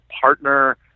partner